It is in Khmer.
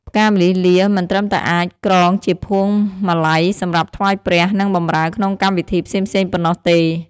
ផ្កាម្លិះលា មិនត្រឹមតែអាចក្រងជាភួងមាល័យសម្រាប់ថ្វាយព្រះ និងបម្រើក្នុងកម្មវិធីផ្សេងៗប៉ុណ្ណោះទេ។